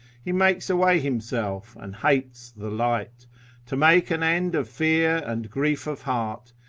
he makes away himself and hates the light to make an end of fear and grief of heart,